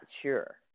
sure